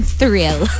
thrill